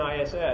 ISS